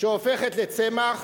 שהופכת לצמח,